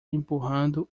empurrando